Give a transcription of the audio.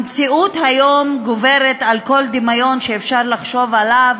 המציאות היום גוברת על כל דמיון שאפשר לחשוב עליו,